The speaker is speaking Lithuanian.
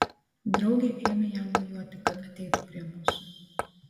draugė ėmė jam mojuoti kad ateitų prie mūsų